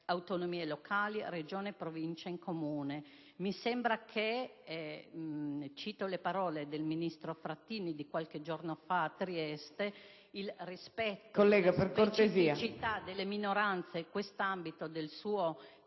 autonomie locali (Regione, Provincia e Comune). Mi sembra che - cito le parole del ministro Frattini di qualche giorno fa a Trieste - il rispetto delle specificità delle minoranze in questo ambito del teatro